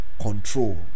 control